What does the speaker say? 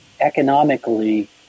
economically